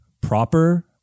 proper